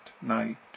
night